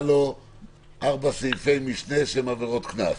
לו ארבעה סעיפי משנה שהם עבירות קנס,